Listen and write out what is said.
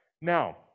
Now